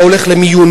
אתה הולך למיון,